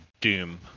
Doom